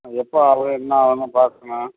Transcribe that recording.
அது எப்போ ஆவு என்ன ஆகும்னு பார்க்கணும்